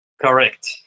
correct